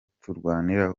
turwanira